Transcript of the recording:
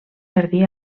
jardí